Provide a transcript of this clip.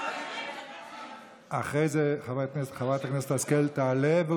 אחרי זה חברת הכנסת השכל תעלה.